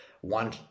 One